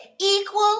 Equal